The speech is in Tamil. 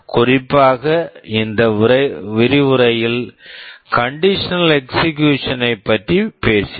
குறிப்பாக இந்த விரிவுரையில் கண்டிஷனல் எக்ஸிகுயூஷன் conditional execution ஐப் பற்றி பேசினேன்